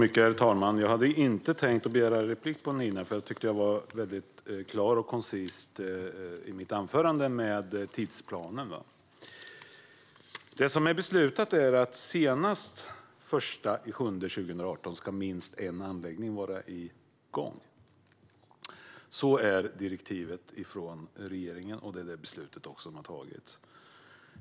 Herr talman! Jag hade inte tänkt begära replik på Nina, för jag tyckte att jag var klar och koncis i mitt anförande vad gäller tidsplanen. Det som är beslutat är att senast den 1 juli 2018 ska minst en anläggning vara igång. Det är direktivet från regeringen, och det är också det beslut som har fattats.